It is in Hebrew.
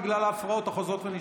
בגלל ההפרעות החוזרות ונשנות.